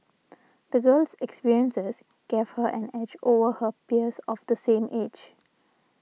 the girl's experiences gave her an edge over her peers of the same age